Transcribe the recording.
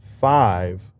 five